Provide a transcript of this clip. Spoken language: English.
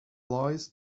lies